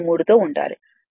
383 తో ఉండాలి